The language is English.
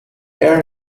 air